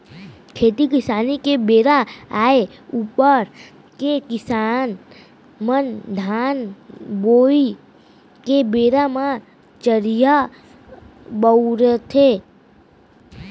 खेती किसानी के बेरा आय ऊपर ले किसान मन धान बोवई के बेरा म चरिहा बउरथे